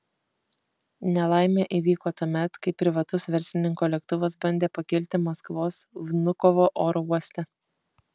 nelaimė įvyko tuomet kai privatus verslininko lėktuvas bandė pakilti maskvos vnukovo oro uoste